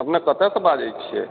अपने कतऽ सऽ बाजै छियै